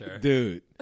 dude